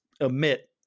omit